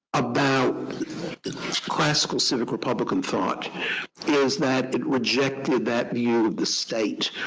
about classical civic republican thought is that it rejected that view of the state,